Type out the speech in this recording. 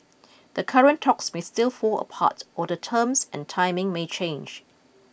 the current talks may still fall apart or the terms and timing may change